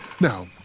Now